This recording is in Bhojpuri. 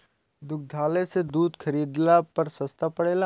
दुग्धालय से दूध खरीदला पर सस्ता पड़ेला?